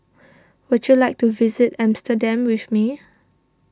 would you like to visit Amsterdam with me